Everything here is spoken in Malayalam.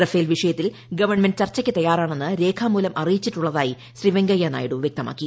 രഫാ്ൽ വിഷയത്തിൽ ഗവൺമെന്റ് ചർച്ചയ്ക്ക് തയ്യാറാണെന്ന് രേഖ്വാമൂലം അറിയിച്ചിട്ടുള്ളതായി ശ്രീ വെങ്കയ്യ നായിഡു വ്യക്തമാക്കി